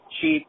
cheap